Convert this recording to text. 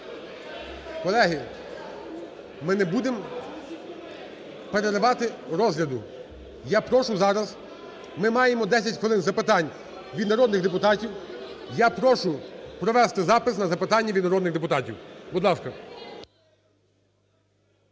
Колеги, ми не будемо переривати розгляду. Я прошу зараз… Ми маємо 10 хвилин запитань від народних депутатів. Я прошу провести запис на запитання від народних депутатів. Будь ласка,